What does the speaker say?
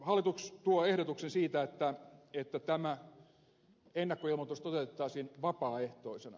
hallitus tuo ehdotuksen siitä että tämä ennakkoilmoitus toteutettaisiin vapaaehtoisena